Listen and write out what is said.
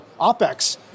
OPEX